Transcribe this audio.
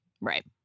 Right